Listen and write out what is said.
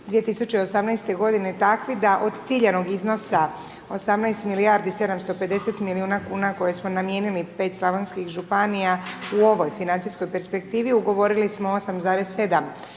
31.12.2018. g. takvi da od ciljanog iznosa 18 milijardi 750 milijuna kuna koje smo namijenili 5 slavonskih županija u ovoj financijskoj perspektivi, ugovorili smo 8,7 milijardi